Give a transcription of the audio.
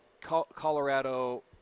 Colorado